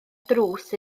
drws